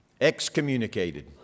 Excommunicated